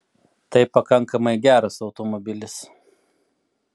tai pakankamai geras automobilis